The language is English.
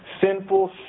sinful